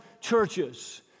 churches